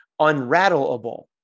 unrattleable